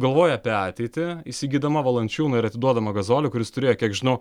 galvoja apie ateitį įsigydama valančiūną ir atiduodamą gazolį kuris turėjo kiek žinau